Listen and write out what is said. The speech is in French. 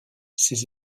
ses